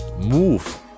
move